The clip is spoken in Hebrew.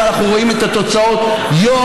ואנחנו רואים את התוצאות יום-יום.